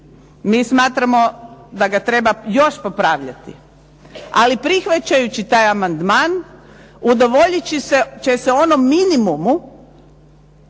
Mi smatramo da ga treba još popravljati, ali prihvaćajući taj amandman udovoljit će se onom minimumu